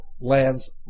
lands